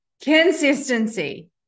Consistency